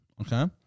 Okay